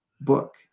book